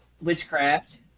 witchcraft